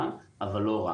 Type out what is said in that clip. אבל לא רק.